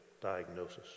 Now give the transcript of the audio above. diagnosis